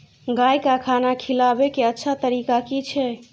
गाय का खाना खिलाबे के अच्छा तरीका की छे?